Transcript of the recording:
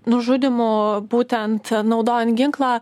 nužudymų būtent naudojant ginklą